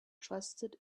trusted